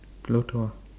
pluto